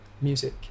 music